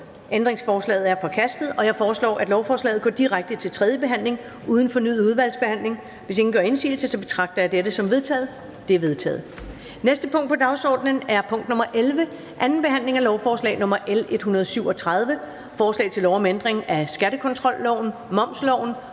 udvalget? De er vedtaget. Jeg foreslår, at lovforslaget går direkte til tredje behandling uden fornyet udvalgsbehandling, og hvis ingen gør indsigelse, betragter jeg det som vedtaget. Det er vedtaget. --- Det næste punkt på dagsordenen er: 23) 2. behandling af lovforslag nr. L 180: Forslag til lov om ændring af lov om